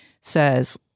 says